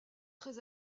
très